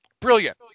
brilliant